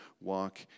walk